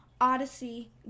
Odyssey